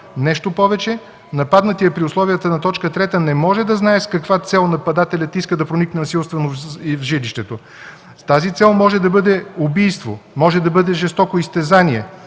Нещо повече, нападнатият при условията на т. 3 не може да знае с каква цел нападателят иска да проникне насилствено в жилището. Тази цел може да бъде убийство, може да бъде жестоко изтезание,